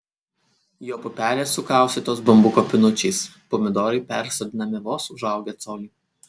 jo pupelės sukaustytos bambuko pinučiais pomidorai persodinami vos užaugę colį